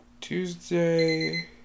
Tuesday